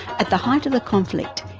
at the height of the conflict,